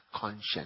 conscience